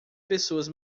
pessoas